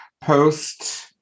post